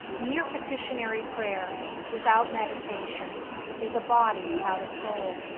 mere petitionary prayer without meditation is a body without a soul,